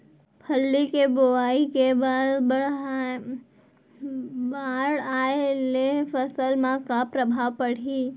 फल्ली के बोआई के बाद बाढ़ आये ले फसल मा का प्रभाव पड़ही?